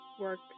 work